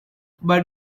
but